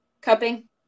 cupping